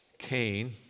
Cain